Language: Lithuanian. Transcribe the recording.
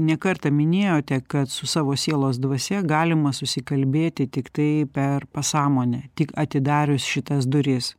ne kartą minėjote kad su savo sielos dvasia galima susikalbėti tai tiktai per pasąmonę tik atidarius šitas duris